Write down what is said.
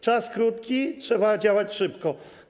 Czas krótki, trzeba działać szybko.